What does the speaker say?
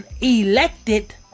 elected